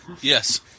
Yes